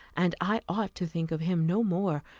and i ought to think of him no more.